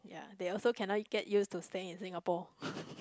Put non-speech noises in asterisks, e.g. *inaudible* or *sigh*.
ya they also cannot get used to stay in Singapore *laughs*